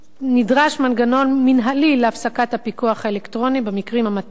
נדרש מנגנון מינהלי להפסקת הפיקוח האלקטרוני במקרים המתאימים.